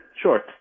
sure